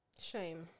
Shame